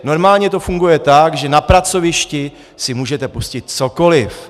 Normálně to funguje tak, že na pracovišti si můžete pustit cokoli.